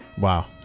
wow